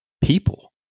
people